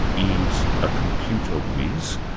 is a computer whiz,